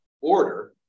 order